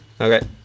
Okay